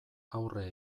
aurre